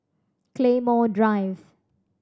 Claymore Drive